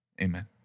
Amen